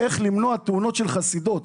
איך למנוע תאונות של חסידות,